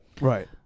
Right